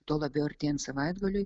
tuo labiau artėjant savaitgaliui